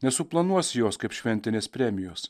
nesuplanuosi jos kaip šventinės premijos